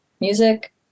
music